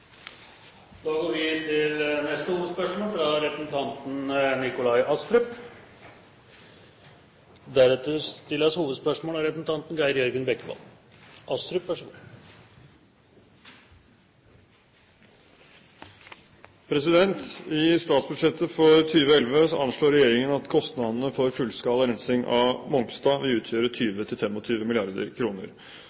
Da går vi til neste hovedspørsmål. I statsbudsjettet for 2011 anslår regjeringen at kostnadene for fullskala rensing på Mongstad vil utgjøre